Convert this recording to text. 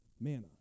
Manna